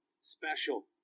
special